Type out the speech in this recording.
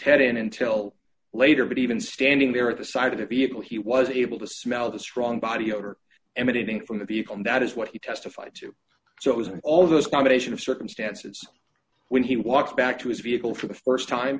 head in until later but even standing there at the side of the vehicle he was able to smell the strong body odor emanating from the vehicle and that is what he testified to so it was all of those combination of circumstances when he walked back to his vehicle for the st time